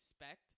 expect